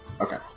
Okay